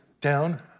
down